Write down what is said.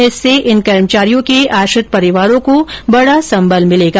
इससे इन कर्मचारियों के आश्रित परिवारों को बड़ा संबल मिलेगा